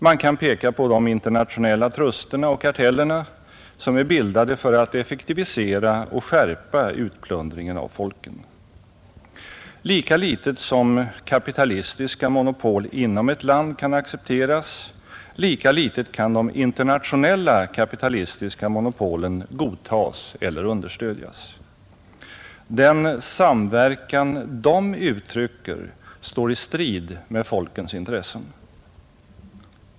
Man kan peka på de internationella trusterna och kartellerna som är bildade för att effektivisera och skärpa utplundringen av folken. Lika litet som kapitalistiska monopol inom ett land kan accepteras, lika litet kan de internationella kapitalistiska monopolen godtas eller understödjas. Den ”samverkan” de uttrycker står i strid med folkens intressen.